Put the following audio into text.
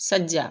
ਸੱਜਾ